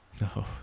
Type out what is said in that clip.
No